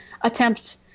attempt